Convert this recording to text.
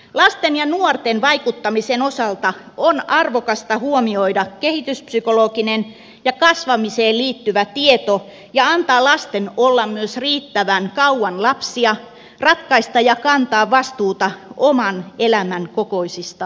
lasten ja nuorten vaikuttamisen osalta on arvokasta huomioida kehityspsykologinen ja kasvamiseen liittyvä tieto ja antaa lasten olla myös riittävän kauan lapsia ratkaista oman elämän kokoisia asioita ja kantaa vastuuta niistä